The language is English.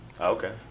Okay